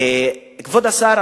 כבוד השר,